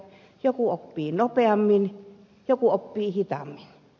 joku oppii nopeammin joku oppii hitaammin